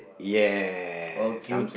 yes I'm